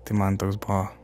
tai man toks buvo